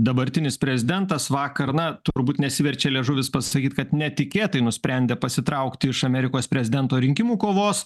dabartinis prezidentas vakar na turbūt nesiverčia liežuvis pasakyt kad netikėtai nusprendė pasitraukti iš amerikos prezidento rinkimų kovos